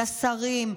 לשרים,